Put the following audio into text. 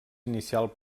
inicial